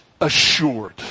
assured